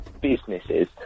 businesses